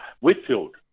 Whitfield